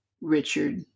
Richard